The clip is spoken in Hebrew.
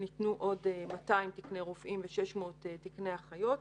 ניתנו עוד 200 תקני רופאים ו-600 תקני אחיות.